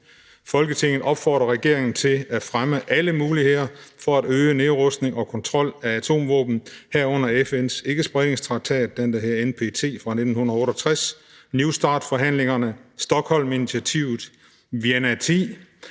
Folketinget opfordrer regeringen til at fremme alle muligheder for at øge nedrustning og kontrol af atomvåben, herunder - FN’s ikkespredningstraktat (NPT fra 1968), - New START-forhandlingerne, - Stockholm-initiativet, - Vienna-10